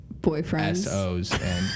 Boyfriends